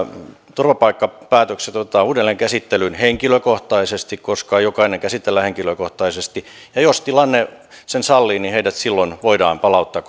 turvapaikkapäätökset otetaan uudelleen käsittelyyn henkilökohtaisesti koska jokainen käsitellään henkilökohtaisesti ja jos tilanne sen sallii niin heidät silloin voidaan palauttaa